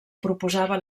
proposava